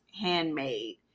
handmade